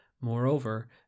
Moreover